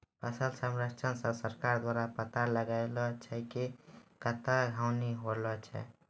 फसल सर्वेक्षण से सरकार द्वारा पाता लगाय छै कि कत्ता हानि होलो छै